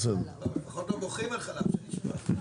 לפחות לא בוכים על חלב שנשפך.